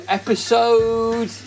episode